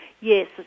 Yes